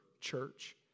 church